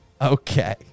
okay